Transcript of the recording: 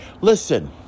listen